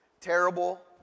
terrible